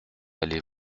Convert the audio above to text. allez